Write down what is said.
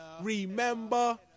Remember